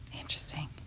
Interesting